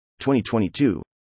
2022